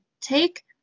take